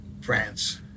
France